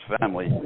family